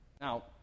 Now